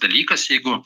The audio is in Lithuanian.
dalykas jeigu